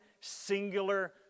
singular